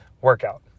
workout